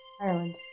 Ireland